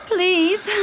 Please